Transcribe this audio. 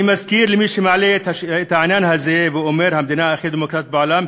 אני מזכיר למי שמעלה את העניין הזה ואומר "המדינה הכי דמוקרטית בעולם",